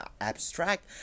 abstract